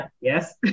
yes